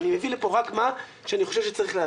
אני מביא לפה רק מה שאני חושב שצריך להביא.